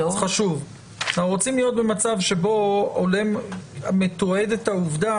אנחנו רוצים להיות במצב שבו מתועדת העובדה